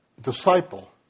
disciple